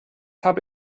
habe